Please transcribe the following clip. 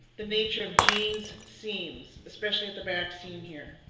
the nature of jeans seams especially at the back seam here.